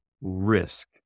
risk